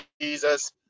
Jesus